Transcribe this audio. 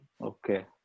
Okay